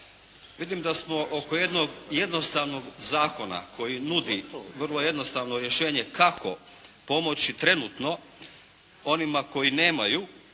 Vidim da smo oko jednog jednostavnog zakona koji nudi vrlo jednostavno rješenje kako pomoći trenutno onima koji nemaju